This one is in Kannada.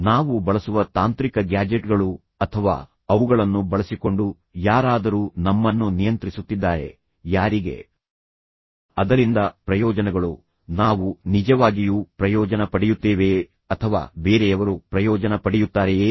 ನಾವು ಬಳಸುವ ತಾಂತ್ರಿಕ ಗ್ಯಾಜೆಟ್ಗಳು ಅಥವಾ ಅವುಗಳನ್ನು ಬಳಸಿಕೊಂಡು ಯಾರಾದರೂ ನಮ್ಮನ್ನು ನಿಯಂತ್ರಿಸುತ್ತಿದ್ದಾರೆ ಯಾರಿಗೆ ಅದರಿಂದ ಪ್ರಯೋಜನಗಳು ನಾವು ನಿಜವಾಗಿಯೂ ಪ್ರಯೋಜನ ಪಡೆಯುತ್ತೇವೆಯೇ ಅಥವಾ ಬೇರೆಯವರು ಪ್ರಯೋಜನ ಪಡೆಯುತ್ತಾರೆಯೇ